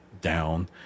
down